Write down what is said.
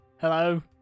Hello